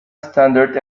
standard